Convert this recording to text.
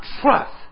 trust